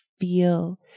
feel